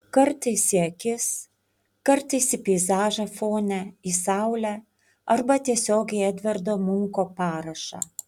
kartais į akis kartais į peizažą fone į saulę arba tiesiog į edvardo munko parašą